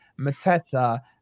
Mateta